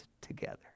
together